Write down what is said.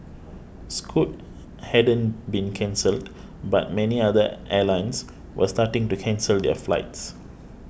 scoot hadn't been cancelled but many other airlines were starting to cancel their flights